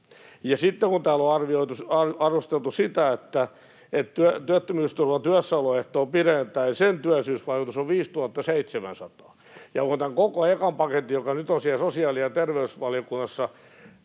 sitten kun täällä on arvosteltu sitä, että työttömyysturvan työssäoloehtoa pidennetään, ja sen työllisyysvaikutus on 5 700 ja koko ekan paketin, joka nyt on siellä sosiaali- ja terveysvaliokunnassa,